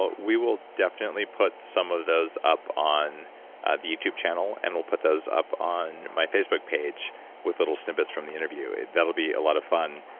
ah we will definitely put some of those up on the youtube channel, and we'll put those up on my facebook page with little snippets from the interview. that will be a lot of fun.